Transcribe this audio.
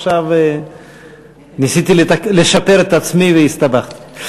עכשיו ניסיתי לשפר את עצמי והסתבכתי.